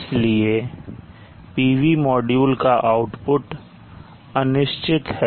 इसलिए PV module का output अनिश्चित है